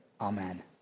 Amen